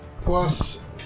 plus